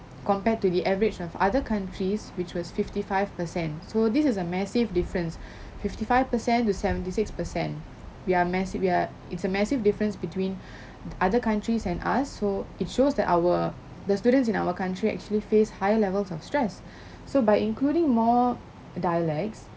compared to the average of other countries which was fifty five per cent so this is a massive difference fifty five per cent to seventy six per cent we are mas~ it we are it's a massive difference between other countries and us so it shows that our the students in our country actually face higher levels of stress so by including more dialects